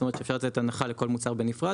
זאת אומרת שאפשר לתת הנחה לכל מוצר בנפרד